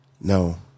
No